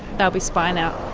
they'll be spine out.